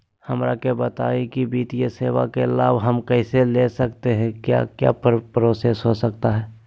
हमरा के बताइए की वित्तीय सेवा का लाभ हम कैसे ले सकते हैं क्या क्या प्रोसेस हो सकता है?